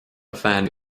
bhean